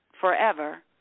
forever